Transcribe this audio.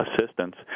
assistance